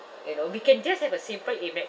you know we can just have a simple Amex